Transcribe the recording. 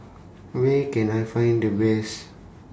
Where Can I Find The Best